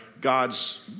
God's